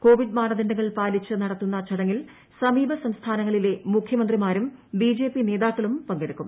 Covid ചെയ്ത് മാനദണ്ഡങ്ങൾ പാലിച്ച് നടത്തുന്ന ചടങ്ങിൽ സമീപ സംസ്ഥാനങ്ങളിലെ മുഖ്യമന്ത്രിമാരും ബി ജെ പി നേതാക്കളും പങ്കെടുക്കും